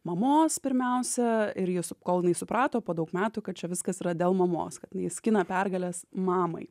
mamos pirmiausia ir jos kol jinai suprato po daug metų kad čia viskas yra dėl mamos kad jinai skina pergales mamai